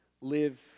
live